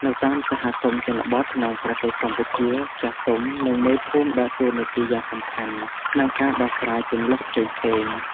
នៅតាមសហគមន៍ជនបទក្នុងប្រទេសកម្ពុជា ចាស់ទុំ និងមេភូមិដើរតួនាទីយ៉ាងសំខាន់ក្នុងការដោះស្រាយជម្លោះផ្សេងៗ។